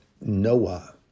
Noah